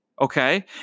okay